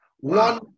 One